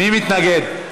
מי מתנגד?